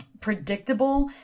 predictable